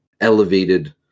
elevated